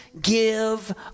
give